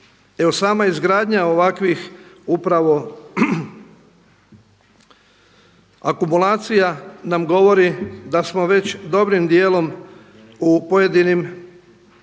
Evo sama izgradnja ovakvih upravo akumulacija nam govori da smo već dobrim dijelom u pojedinim